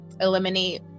eliminate